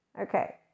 okay